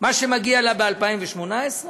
מה שמגיע לה ב-2018,